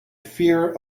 fear